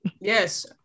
Yes